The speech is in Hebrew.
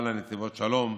בעל הנתיבות שלום,